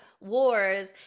Wars